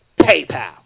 PayPal